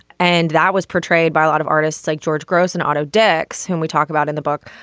and that was portrayed by a lot of artists like george grosz an auto decks whom we talk about in the book.